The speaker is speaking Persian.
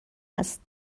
است